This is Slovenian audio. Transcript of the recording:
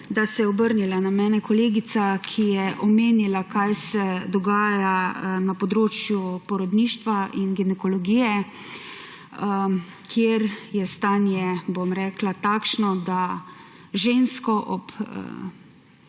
da se je obrnila na mene kolegica, ki je omenila, kaj se dogaja na področju porodništva in ginekologije, kjer je stanje takšno, da žensko ob